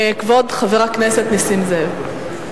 כבוד חבר הכנסת נסים זאב.